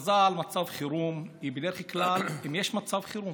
הכרזה על מצב חירום היא בדרך כלל אם יש מצב חירום,